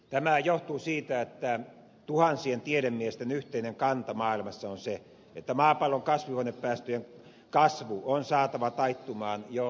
tämä johtuu siitä että tuhansien tiedemiesten yhteinen kanta maailmassa on se että maapallon kasvihuonepäästöjen kasvu on saatava taittumaan jo lähivuosina